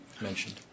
mentioned